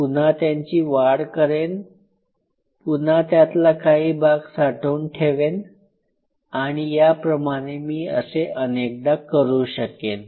पुन्हा त्यांची वाढ करेन पुन्हा त्यातला काही भाग साठवून ठेवेन आणि याप्रमाणे मी असे अनेकदा करू शकेन